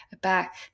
back